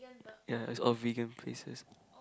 ya is all vegan places